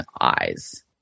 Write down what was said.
eyes